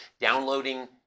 downloading